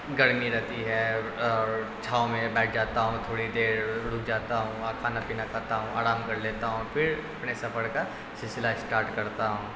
گرمی رہتی ہے اور چھاؤں میں بیٹھ جاتا ہوں تھوڑی دیر رک جاتا ہوں وہاں کھانا پینا کھاتا ہوں آرام کر لیتا ہوں پھر اپنے سفر کا سلسلہ اسٹارٹ کرتا ہوں